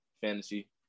fantasy